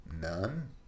none